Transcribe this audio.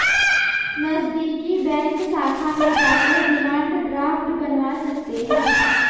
नज़दीकी बैंक शाखा में जाकर डिमांड ड्राफ्ट बनवा सकते है